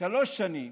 לשלוש שנים,